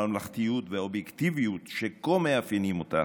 הממלכתיות והאובייקטיביות שכה מאפיינים אותך,